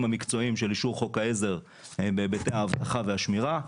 המקצועיים של אישור חוק העזר בהיבטי האבטחה והשמירה,